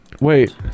wait